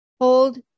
Hold